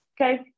Okay